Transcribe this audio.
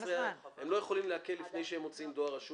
הם לא יכולים לעקל לפני שהם מוציאים דואר רשום